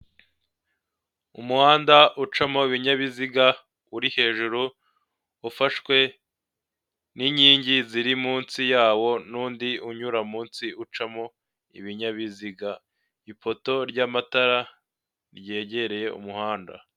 Umuhanda ucamo ibinyabiziga uri hejuru ufashwe n'inkingi ziri munsi yawo n'undi unyura munsi ucamo ibinyabiziga ipoto ry'amatara ryegereye umuhanda.